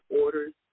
orders